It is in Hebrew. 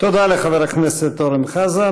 תודה לחבר הכנסת אורן חזן.